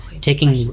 taking